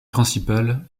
principale